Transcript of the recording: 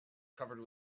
covered